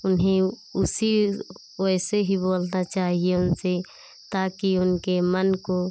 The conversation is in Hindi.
उन्हें उसी वैसे ही बोलना चाहिए उनसे ताकी उनके मन को